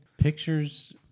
Pictures